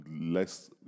less